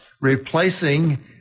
replacing